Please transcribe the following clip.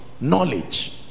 knowledge